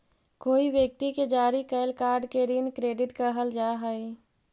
कोई व्यक्ति के जारी कैल कार्ड के ऋण क्रेडिट कहल जा हई